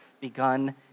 begun